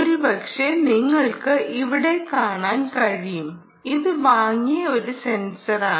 ഒരുപക്ഷേ നിങ്ങൾക്ക് ഇവിടെ കാണാൻ കഴിയും ഇത് വാങ്ങിയ ഒരു സെൻസറാണ്